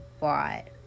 Bought